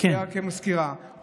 כמזכירה,